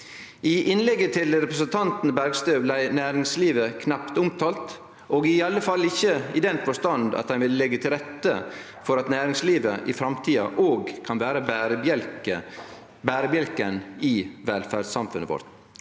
I innlegget til representanten Bergstø blei næringslivet knapt omtalt, iallfall ikkje i den forstand at ein vil leggje til rette for at næringslivet òg i framtida kan vere berebjelken i velferdssamfunnet vårt.